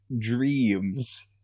dreams